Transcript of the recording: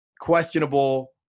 questionable